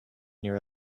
near